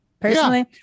Personally